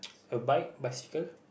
the bike bicycle